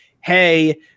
hey –